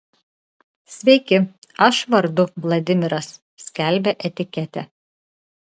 sveiki aš vardu vladimiras skelbia etiketė